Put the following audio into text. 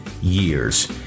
years